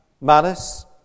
malice